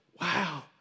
wow